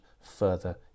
further